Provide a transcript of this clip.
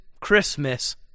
Christmas